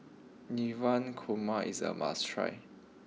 Navratan Korma is a must try